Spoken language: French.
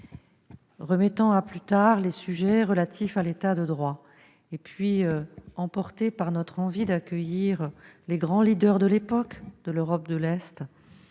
remettant à plus tard les sujets relatifs à l'État de droit. Et puis, emportés par notre envie d'accueillir les grands leaders de l'époque de l'Europe de l'Est,